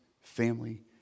family